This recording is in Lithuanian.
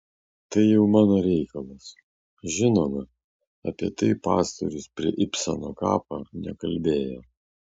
tai jau mano reikalas žinoma apie tai pastorius prie ibseno kapo nekalbėjo